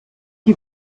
die